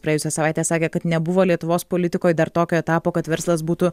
praėjusią savaitę sakė kad nebuvo lietuvos politikoj dar tokio etapo kad verslas būtų